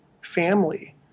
family